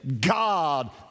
God